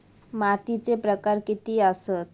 मातीचे प्रकार किती आसत?